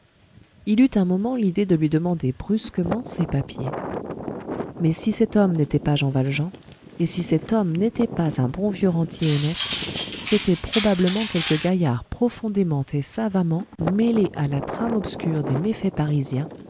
il eut un moment l'idée de lui demander brusquement ses papiers mais si cet homme n'était pas jean valjean et si cet homme n'était pas un bon vieux rentier honnête c'était probablement quelque gaillard profondément et savamment mêlé à la trame obscure des méfaits parisiens